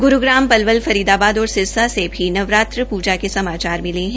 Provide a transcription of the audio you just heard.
गुरूग्राम पलवल फरीदाबाद और सिरसा में भी नवरात्र पुजा के समाचार मिले हैं